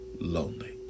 lonely